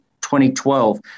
2012